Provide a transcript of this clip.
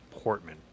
Portman